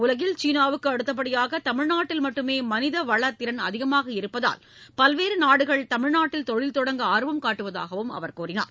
உலகில் சீனாவுக்கு அடுத்தபடியாக தமிழ்நாட்டில் மட்டுமே மனித வள திறன் அதிகமாக இருப்பதால் பல்வேறு நாடுகள் தமிழ்நாட்டில் தொழில் தொடங்க ஆர்வம் காட்டுவதாகவும் அவர் தெரிவித்தார்